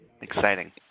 Exciting